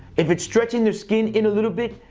if it's stretching their skin in a little bit,